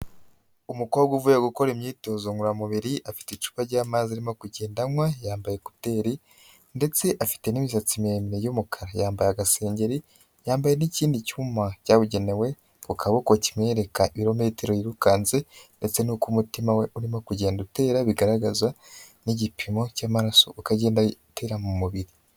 Umukobwa uvuye gukora imyitozo ngororamubiri afite icupa ry'amazi arimo kugenda anywa yambaye ekuteri ndetse afite n'imisatsi miremire y'umukara, yambaye agasengeri, yambaye n'ikindi cyuma cyabugenewe ku kaboko kimwereka ibirometero yirukanse ndetse n'uko umutima we urimo kugenda utera, bigaragaza n'igipimo cy'amaraso uko agenda atera mu mubiri.